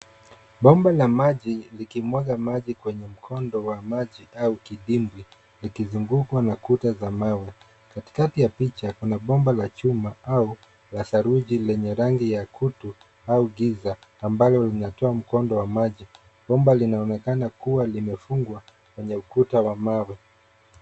Bomba la maji, likimwaga maji kwenye mkondo wa maji au kidimbwi likizingukwa na kuta za mawe. Katikati ya picha kuna bomba la chuma au la saruji lenye rangi ya kutu au giza ambalo linatoa mkondo wa maji. Bomba linaonekana kuwa limefungwa kwenye ukuta wa mawe.